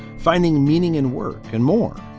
finding meaning in work and more.